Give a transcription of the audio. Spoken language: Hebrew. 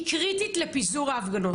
היא קריטית לפיזור ההפגנות.